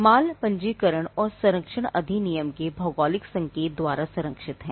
माल पंजीकरण और संरक्षण अधिनियम के भौगोलिक संकेत द्वारा संरक्षित है